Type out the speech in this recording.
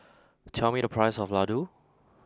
tell me the price of Ladoo